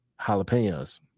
jalapenos